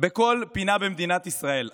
בכל פינה במדינת ישראל.